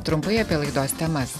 trumpai apie laidos temas